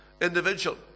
individual